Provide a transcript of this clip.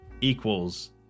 equals